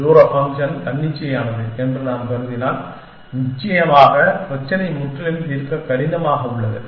தூர ஃபங்க்ஷன் தன்னிச்சையானது என்று நாம் கருதினால் நிச்சயமாக பிரச்சினை முற்றிலும் தீர்க்க கடினமாக உள்ளது